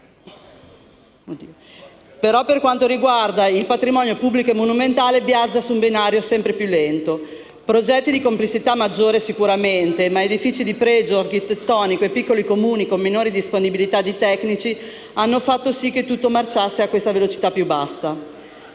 per quanto riguarda il patrimonio pubblico e monumentale viaggia su un binario sempre più lento. Progetti di complessità maggiore sicuramente, ma edifici di pregio architettonico e piccoli Comuni con minore disponibilità di tecnici hanno fatto sì che tutto marciasse a questa velocità più bassa.